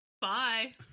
Bye